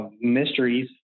Mysteries